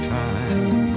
time